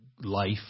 life